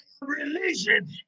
religion